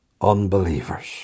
unbelievers